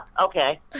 Okay